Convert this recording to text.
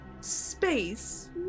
space